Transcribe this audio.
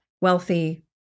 wealthy